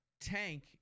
tank